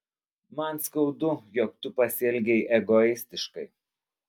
man skaudu jog tu pasielgei egoistiškai